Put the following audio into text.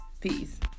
Peace